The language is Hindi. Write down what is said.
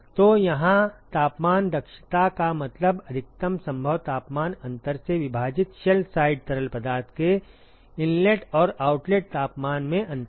तो यहां तापमान दक्षता का मतलब अधिकतम संभव तापमान अंतर से विभाजित शेल साइड तरल पदार्थ के इनलेट और आउटलेट तापमान में अंतर है